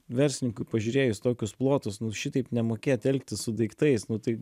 verslininkui pažiūrėjus tokius plotus nu šitaip nemokėt elgtis su daiktais nu tai